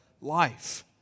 Life